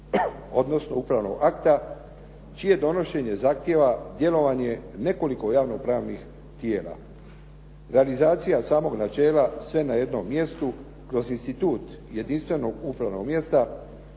odnosno upravnog akta čije donošenje zahtijeva djelovanje nekoliko javno-pravnih tijela. Realizacija samog načela sve na jednom mjestu kroz institut jedinstvenog upravnog mjesta